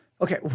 Okay